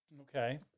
okay